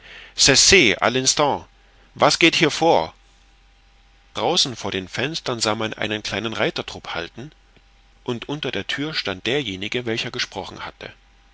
was geht hier vor draußen vor den fenstern sah man einen kleinen reitertrupp halten und unter der thür stand derjenige welcher gesprochen hatte